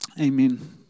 Amen